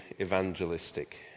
evangelistic